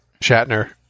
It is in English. Shatner